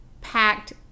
packed